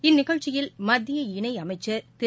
இந்நிகழ்ச்சியில் மத்திய இணை அமைச்ச் திரு